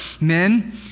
Men